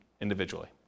individually